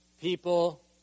people